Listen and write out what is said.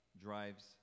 drives